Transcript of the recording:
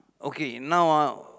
okay now ah